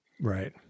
right